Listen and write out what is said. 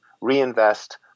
reinvest